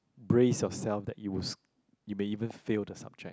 brace yourself that it was you may even fail the subject